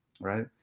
right